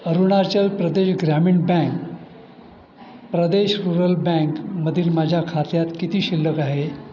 अरुणाचल प्रदेश ग्रामीण bank Pradesh rural बँकमधील माझ्या खात्यात किती शिल्लक आहे